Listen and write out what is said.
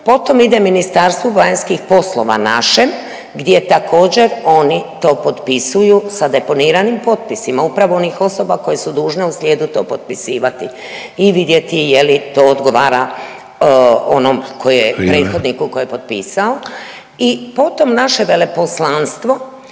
potom ide Ministarstvu vanjskih poslova našem gdje također oni to potpisuju sa deponiranim potpisima upravo onih osoba koje su dužne u slijedu to potpisivati i vidjeti je li to odgovora onom koji je, prethodniku koji je potpisao…/Upadica Sanader: